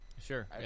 Sure